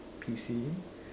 P_C